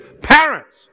Parents